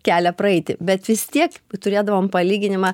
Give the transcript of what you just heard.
kelią praeiti bet vis tiek turėdavom palyginimą